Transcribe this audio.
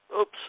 Oops